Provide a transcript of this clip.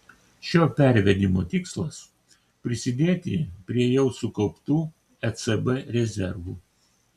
šio pervedimo tikslas prisidėti prie jau sukauptų ecb rezervų